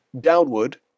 downward